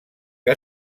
que